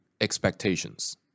expectations